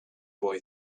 boy